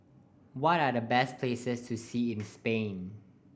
what are the best places to see in Spain